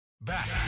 Back